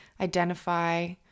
identify